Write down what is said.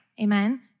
Amen